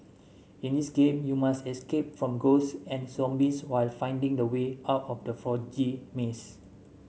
in this game you must escape from ghosts and zombies while finding the way out from the foggy maze